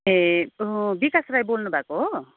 ए विकास राई बोल्नुभएको हो